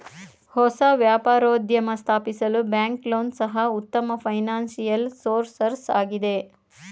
ಹೊಸ ವ್ಯಾಪಾರೋದ್ಯಮ ಸ್ಥಾಪಿಸಲು ಬ್ಯಾಂಕ್ ಲೋನ್ ಸಹ ಉತ್ತಮ ಫೈನಾನ್ಸಿಯಲ್ ಸೋರ್ಸಸ್ ಆಗಿದೆ